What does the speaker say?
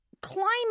climate